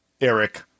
Eric